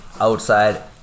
outside